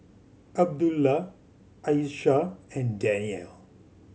Abdullah Aishah and Danial